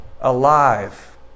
alive